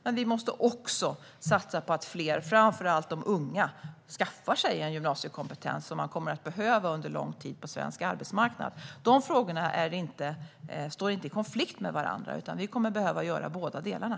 Men vi måste också satsa på att fler, framför allt de unga, skaffar sig en gymnasiekompetens, som de kommer att behöva under lång tid på svensk arbetsmarknad. De här frågorna står inte i konflikt med varandra, utan vi kommer att behöva göra båda delarna.